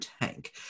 tank